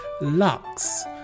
lux